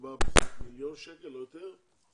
מדובר במיליון שקל, לא יותר.